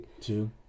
two